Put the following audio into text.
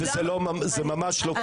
זה ממש לא כך.